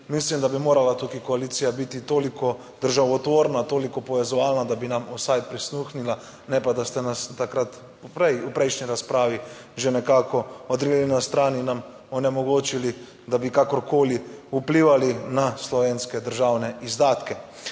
mislim, da bi morala tukaj koalicija biti toliko državotvorna, toliko povezovalna, da bi nam vsaj prisluhnila, ne pa, da ste nas takrat prej, v prejšnji razpravi že nekako odrinili na stran in nam onemogočili, da bi kakorkoli vplivali na slovenske državne izdatke.